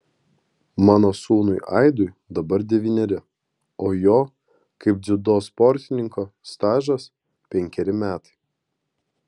mano sūnui aidui dabar devyneri o jo kaip dziudo sportininko stažas penkeri metai